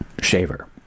shaver